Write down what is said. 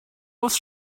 oes